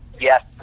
Yes